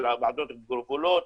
של ועדות הגבולות,